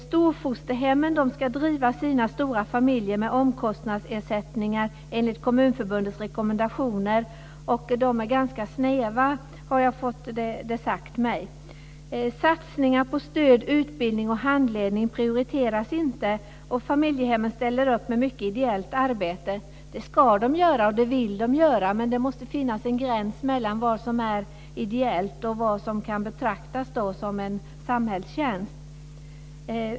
Storfosterhemmen ska driva sina stora familjer med omkostnadsersättningar enligt Kommunförbundets rekommendationer och de är ganska snäva har jag fått mig berättat. Satsningar på stöd, utbildning och handledning prioriteras inte, och familjehemmen ställer upp med mycket ideellt arbete. Det ska de göra och det vill de göra, men det måste finnas en gräns mellan vad som är ideellt och vad som kan betraktas som samhällstjänst.